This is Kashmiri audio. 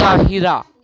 طاہرہ